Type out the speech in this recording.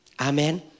Amen